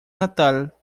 natal